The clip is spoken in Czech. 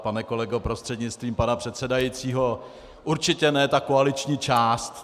Pane kolego prostřednictvím pana předsedajícího, určitě ne ta koaliční část.